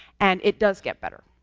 and it does get better.